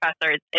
professor